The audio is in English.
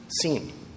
seen